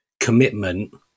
commitment